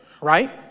right